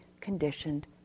conditioned